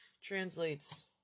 translates